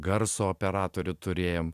garso operatorių turėjom